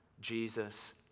Jesus